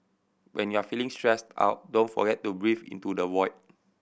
when you are feeling stressed out don't forget to breathe into the void